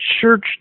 church